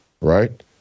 right